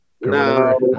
No